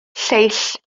lleill